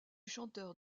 chanteur